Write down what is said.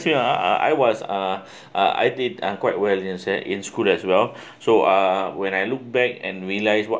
uh I was uh uh I did uh quite well you can say in school as well so uh when I look back and realize what